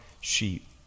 sheep